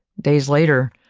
days later,